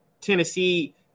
tennessee